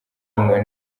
cyumweru